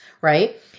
right